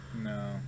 No